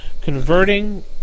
converting